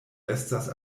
estas